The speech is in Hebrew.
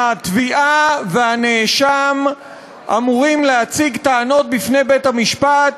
התביעה והנאשם אמורים להציג טענות בפני בית-המשפט,